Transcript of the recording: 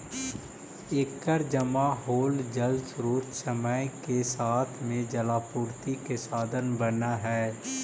एकर जमा होल जलस्रोत समय के साथ में जलापूर्ति के साधन बनऽ हई